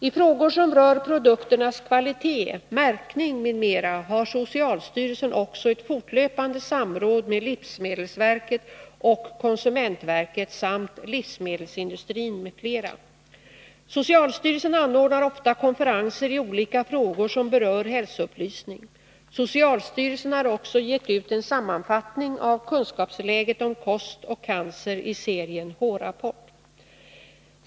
I frågor som rör produkternas kvalitet, märkning m.m. har socialstyrelsen också ett fortlöpande samråd med livsmedelsverket och konsumentverket Socialstyrelsen anordnar ofta konferenser i olika frågor som berör hälsoupplysning. Socialstyrelsen har också gett ut en sammanfattning av kunskapsläget om kost och cancer i serien H-rapport.